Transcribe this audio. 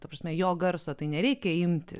ta prasme jo garso tai nereikia imti